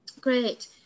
great